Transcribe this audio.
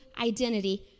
identity